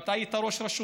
אתה היית ראש רשות,